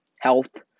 health